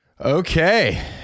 Okay